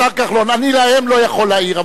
אני להם לא יכול להעיר,